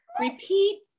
Repeat